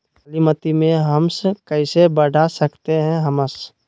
कालीमती में हमस कैसे बढ़ा सकते हैं हमस?